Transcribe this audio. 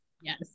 Yes